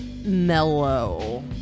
mellow